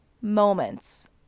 moments